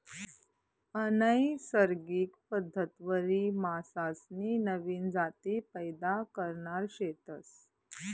अनैसर्गिक पद्धतवरी मासासनी नवीन जाती पैदा करणार शेतस